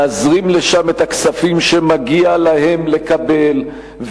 להזרים לשם את הכספים שמגיע להם לקבל,